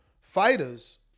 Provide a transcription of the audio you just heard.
fighters